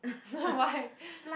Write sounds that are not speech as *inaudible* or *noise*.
*laughs* why